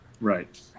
right